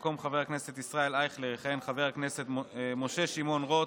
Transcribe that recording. במקום חבר הכנסת ישראל אייכלר יכהן חבר הכנסת משה שמעון רוט,